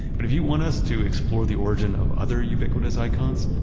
but if you want us to explore the origin of other ubiquitous icons,